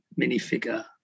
minifigure